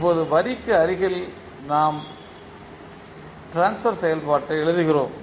இப்போது வரிக்கு அருகில் நாம் ட்ரான்ஸ்பர் செயல்பாட்டை எழுதுகிறோம்